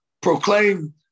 proclaim